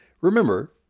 Remember